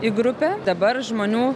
į grupę dabar žmonių